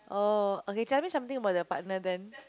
oh okay tell me something about your partner then